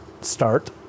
start